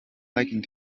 liking